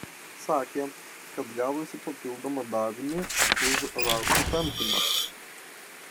sakė kad gavusi papildomą davinį už rąstų tampymą